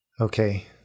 Okay